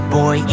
boy